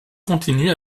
continue